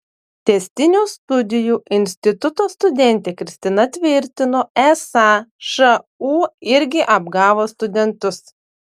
tęstinių studijų instituto studentė kristina tvirtino esą šu irgi apgavo studentus